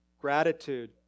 gratitude